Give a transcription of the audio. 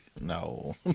No